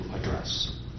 address